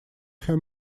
her